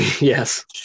Yes